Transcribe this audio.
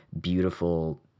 beautiful